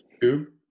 two